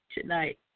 tonight